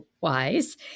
wise